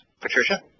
Patricia